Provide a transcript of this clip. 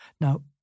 Now